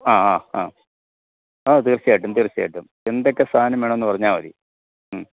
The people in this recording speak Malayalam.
ആ ആ ആ ആ തീര്ച്ചയായിട്ടും തീര്ച്ചയായിട്ടും എന്തൊക്കെ സാധനം വേണമെന്ന് പറഞ്ഞാല് മതി മ്